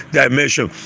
dimension